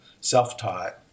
self-taught